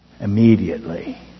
immediately